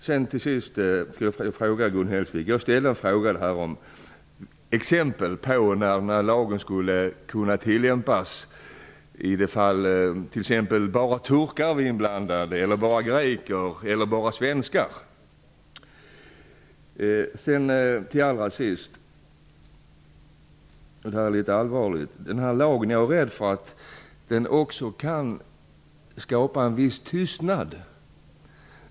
Jag frågade Gun Hellsvik om hon kunde ge exempel på när lagen skulle kunna tillämpas i de fall bara turkar, bara greker eller bara svenskar var inblandade. Till sist vill jag ta upp något som är litet allvarligt. Jag är rädd för att den här lagen också kan skapa en viss tystnad.